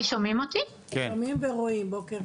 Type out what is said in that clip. סוזי, בבקשה.